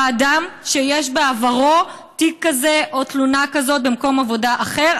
אדם שיש בעברו תיק כזה או תלונה כזו במקום עבודה אחר,